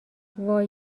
وای